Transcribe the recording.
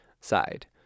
side